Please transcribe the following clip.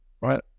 right